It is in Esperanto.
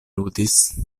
ludis